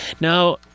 Now